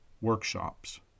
workshops